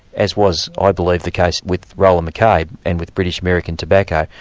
as was i believe the case with rolah mccabe and with british american tobacco,